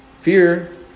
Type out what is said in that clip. Fear